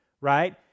right